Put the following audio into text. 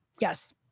yes